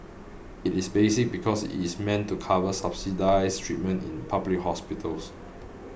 it is basic because it is meant to cover subsidised treatment in public hospitals